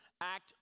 act